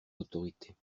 autorité